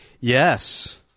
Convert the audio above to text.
Yes